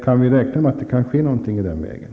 Kan vi räkna med att det sker någonting i den vägen?